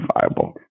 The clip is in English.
viable